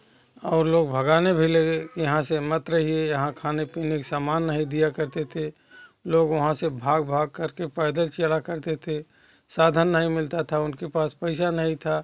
और लोग भगाने भी लगे यहाँ से मत रहिए यहाँ खानेपीने का सामान नहीं दिया करते थे लोग वहाँ से भाग भाग करके पैदल चला करते थे साधन नहीं मिलता था उनके पास पैसा नहीं था